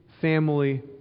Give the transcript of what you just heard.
family